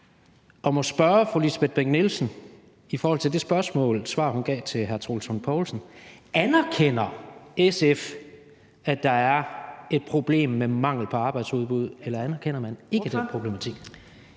bliver lidt forvirret og må i forhold til det svar, hun gav til hr. Troels Lund Poulsen, spørge om noget: Anerkender SF, at der er et problem med mangel på arbejdsudbud, eller anerkender man ikke den problematik?